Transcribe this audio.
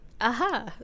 Aha